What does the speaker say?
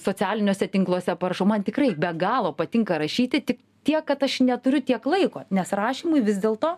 socialiniuose tinkluose parašau man tikrai be galo patinka rašyti tik tiek kad aš neturiu tiek laiko nes rašymui vis dėlto